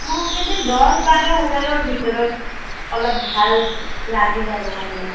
মোক এনেই দচ বাৰ হেজাৰৰ ভিতৰত অলপ ভাল লাগে আৰু মানে